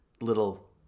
little